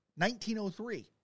1903